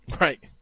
Right